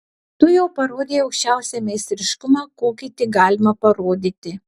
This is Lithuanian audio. tu jau parodei aukščiausią meistriškumą kokį tik galima parodyti